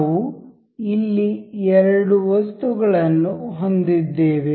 ನಾವು ಇಲ್ಲಿ ಎರಡು ವಸ್ತುಗಳನ್ನು ಹೊಂದಿದ್ದೇವೆ